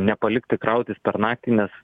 nepalikti krautis per naktį nes